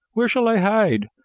where shall i hide?